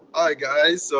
hi guys, so